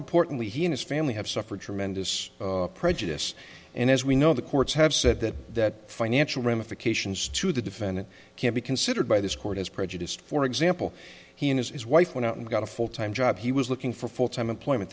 importantly he and his family have suffered tremendous prejudice and as we know the courts have said that financial ramifications to the defendant can be considered by this court as prejudiced for example he and his wife went out and got a fulltime job he was looking for full time employment